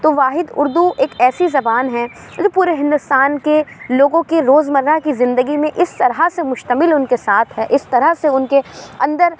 تو واحد اُردو ایک ایسی زبان ہے جو پورے ہندوستان کے لوگوں کے روز مرہ کی زندگی میں اِس طرح سے مشتمل اِن کے ساتھ ہے اِس طرح سے اُن کے اندر